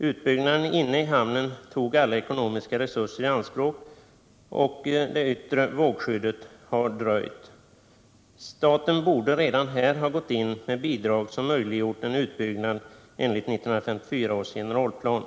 Utbyggnaderna inne i hamnen tog alla ekonomiska resurser i anspråk, och det yttre vågskyddet har dröjt. Staten borde redan här ha gått in med bidrag som möjliggjort en utbyggnad enligt 1954 års generalplan.